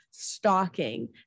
stalking